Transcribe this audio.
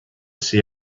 see